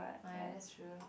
oh ya that true